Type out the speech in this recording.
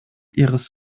ihres